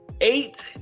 eight